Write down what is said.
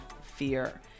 fear